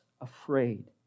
afraid